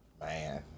man